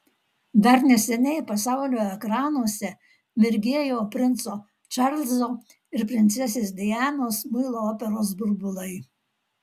dar neseniai pasaulio ekranuose mirgėjo princo čarlzo ir princesės dianos muilo operos burbulai